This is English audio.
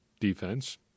defense